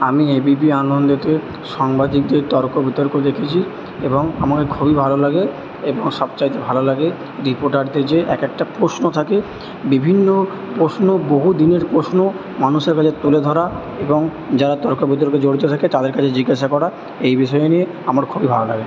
আমি এবিপি আনন্দেতে সংবাদিকদের তর্ক বিতর্ক দেখেছি এবং আমাকে খুবই ভালো লাগে এবং সব চাইতে ভালো লাগে রিপোর্টারদের যে এক একটা প্রশ্ন থাকে বিভিন্ন প্রশ্ন বহু দিনের প্রশ্ন মানুষের কাছে তুলে ধরা এবং যারা তর্ক বিতর্কে জড়িত থাকে তাদের কাছে জিজ্ঞাসা করা এই বিষয় নিয়ে আমার খুবই ভালো লাগে